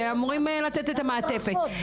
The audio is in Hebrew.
אמורים לתת את המעטפת.